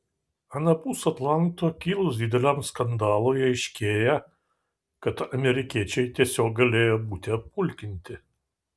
anapus atlanto kilus dideliam skandalui aiškėja kad amerikiečiai tiesiog galėjo būti apmulkinti